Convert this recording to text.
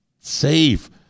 safe